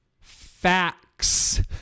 Facts